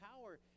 power